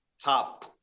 top